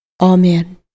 amen